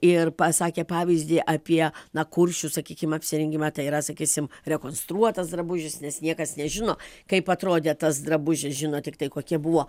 ir pasakė pavyzdį apie na kuršių sakykim apsirengimą tai yra sakysim rekonstruotas drabužis nes niekas nežino kaip atrodė tas drabužis žino tiktai kokie buvo